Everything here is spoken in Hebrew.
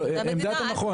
עמדת המכון.